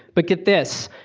but get this,